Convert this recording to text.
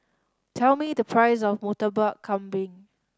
tell me the price of Murtabak Kambing